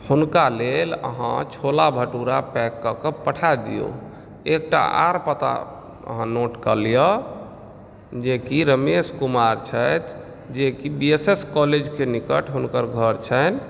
हुनका लेल अहाँ छोला भटूरा पैक कए कऽ पठा दियौ एकटा आर पता अहाँ नोट कऽ लिअ जे कि रमेश कुमार छथि जे कि बी एस एस कॉलेज के निकट हुनकर घर छनि